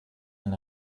ein